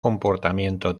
comportamiento